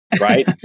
Right